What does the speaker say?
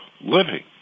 living